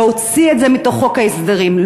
להוציא את זה מתוך חוק ההסדרים.